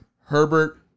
Herbert